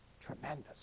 Tremendous